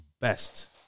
best